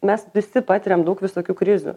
mes visi patiriam daug visokių krizių